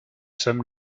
sommes